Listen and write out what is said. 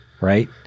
right